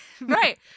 Right